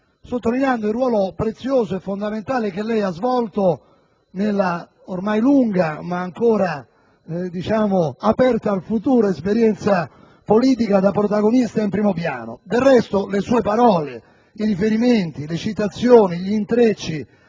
sottolineando il ruolo prezioso e fondamentale che lei ha svolto nella ormai lunga ma ancora aperta al futuro esperienza politica da protagonista di primo piano. Del resto, le sue parole, i riferimenti, le citazioni, gli intrecci